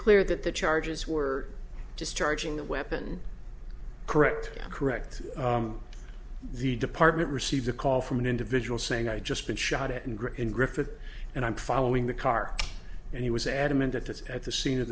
clear that the charges were just charging the weapon correct correct the department received a call from an individual saying i just been shot at and great in griffith and i'm following the car and he was adamant that it's at the scene of